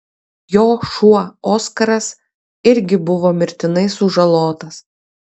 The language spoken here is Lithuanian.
jo šuo oskaras irgi buvo mirtinai sužalotas